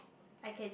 I can